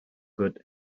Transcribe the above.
good